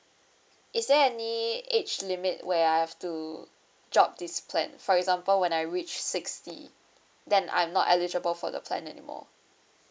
is there any age limit where I have to drop this plan for example when I reach sixty then I'm not eligible for the plan anymore